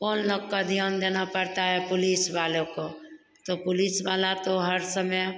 उन लोग का ध्यान देना पड़ता है पुलिस वालों को तो पुलिस वाला तो हर समय